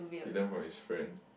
he learn from his friend